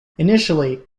initially